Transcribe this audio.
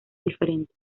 diferente